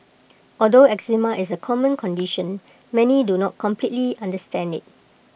although eczema is A common condition many do not completely understand IT